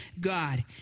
God